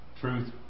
truth